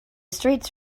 streets